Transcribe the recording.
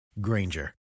Granger